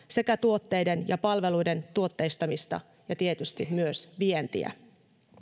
sekä tuotteiden ja palveluiden tuotteistamista ja tietysti myös vientiä